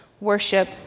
worship